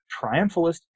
triumphalist